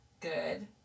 good